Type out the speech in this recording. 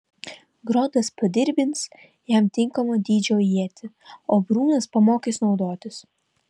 grodas padirbins jam tinkamo dydžio ietį o brunas pamokys naudotis